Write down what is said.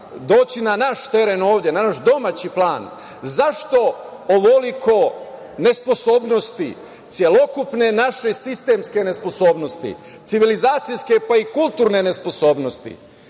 doći na naš teren ovde, na naš domaći plan - zašto ovoliko nesposobnosti, celokupne naše sistemske nesposobnosti, civilizacijske, pa i kulturne nesposobnosti,